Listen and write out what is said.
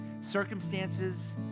circumstances